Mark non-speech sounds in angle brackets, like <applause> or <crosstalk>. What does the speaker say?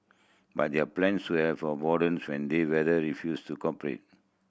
but their plans to have <unintelligible> when the weather refused to cooperate